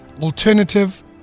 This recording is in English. alternative